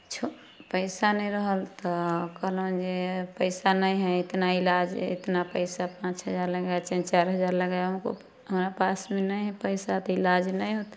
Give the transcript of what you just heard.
छो पैसा नहि रहल तऽ कहलनि जे पैसा नहि हइ इतना इलाज इतना पैसा पाँच हजार लगै चाहे चारि हजार लगै हमको हमरा पासमे नहि हइ पैसा तऽ इलाज नहि होतै